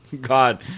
God